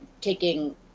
taking